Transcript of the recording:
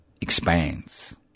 expands